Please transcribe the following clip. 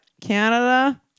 canada